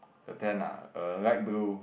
the tent ah err light blue